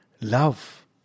love